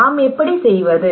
நாம் எப்படி செய்வது